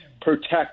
protect